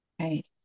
Right